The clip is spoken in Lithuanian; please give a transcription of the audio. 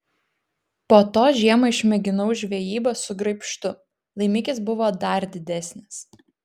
po to žiemą išmėginau žvejybą su graibštu laimikis buvo dar didesnis